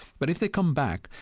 but if they come back,